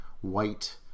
white